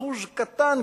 אחוז קטן,